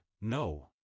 no